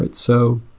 but so,